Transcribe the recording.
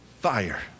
fire